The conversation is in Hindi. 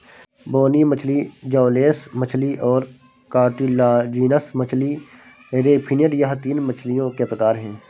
बोनी मछली जौलेस मछली और कार्टिलाजिनस मछली रे फिनेड यह तीन मछलियों के प्रकार है